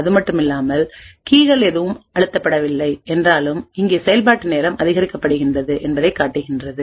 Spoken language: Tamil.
அதுமட்டுமில்லாமல் கீகள் எதுவும் அழுத்தப்படவில்லை என்றாலும் இங்கே செயல்பாட்டு நேரம் அதிகரிக்கப்படுகிறது என்பதை காட்டுகின்றது